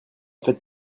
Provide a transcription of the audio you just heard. faites